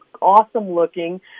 awesome-looking